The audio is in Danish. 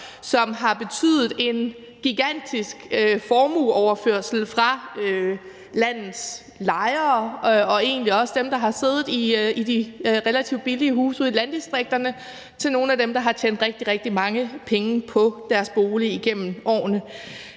som har betydet en gigantisk formueoverførsel fra landets lejere og egentlig også dem, der har siddet i de relativt billige huse ude i landdistrikterne, til nogle af dem, der har tjent rigtig, rigtig mange penge på deres bolig igennem årene.